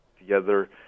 together